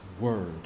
word